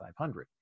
500